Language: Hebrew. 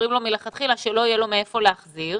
אומרים לו מלכתחילה שלא יהיה לו מהיכן להחזיר.